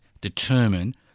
determine